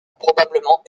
probablement